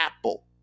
apple